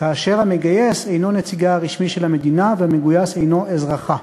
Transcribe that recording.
כאשר המגייס אינו נציגה הרשמי של המדינה והמגויס אינו אזרחה.